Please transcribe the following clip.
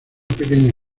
pequeña